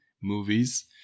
movies